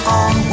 on